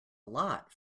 lot